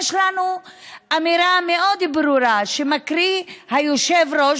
יש לנו אמירה מאוד ברורה שמקריא היושב-ראש,